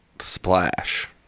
splash